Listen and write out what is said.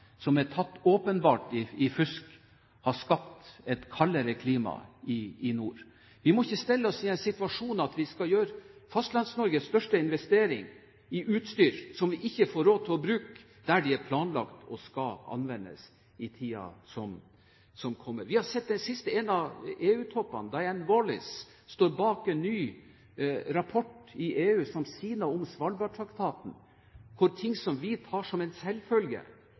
som åpenbart er tatt i fusk, har skapt et kaldere klima i nord. Vi må ikke stille oss i den situasjonen at vi skal gjøre Fastlands-Norges største investering i utstyr, som vi ikke får råd til å bruke der det er planlagt og skal anvendes i tiden som kommer. Vi har sett i det siste at en av EU-toppene, Diana Wallis, står bak en ny rapport i EU som sier noe om Svalbardtraktaten, hvor ting vi tar som en selvfølge,